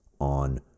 on